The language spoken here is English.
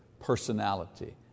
personality